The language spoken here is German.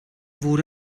wurde